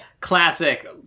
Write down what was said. classic